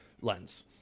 lens